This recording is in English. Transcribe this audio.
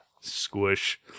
squish